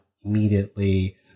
immediately